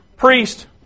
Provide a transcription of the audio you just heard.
Priest